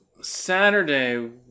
saturday